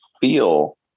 feel